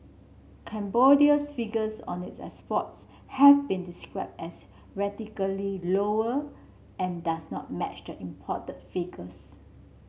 Cambodia's figures on its exports have been describe as radically lower and does not match the imported figures